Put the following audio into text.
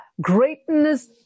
greatness